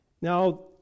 Now